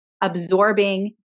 absorbing